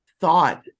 thought